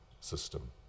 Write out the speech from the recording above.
system